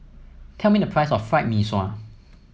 tell me the price of Fried Mee Sua